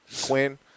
Quinn